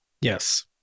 Yes